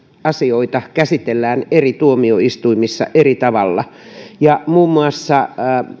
asioita käsitellään eri tuomioistuimissa eri tavalla ja muun muassa